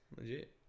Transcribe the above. Legit